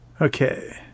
Okay